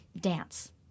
dance